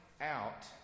out